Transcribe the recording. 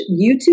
YouTube